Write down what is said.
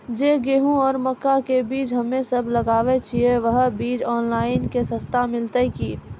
जे गेहूँ आरु मक्का के बीज हमे सब लगावे छिये वहा बीज ऑनलाइन मे सस्ता मिलते की?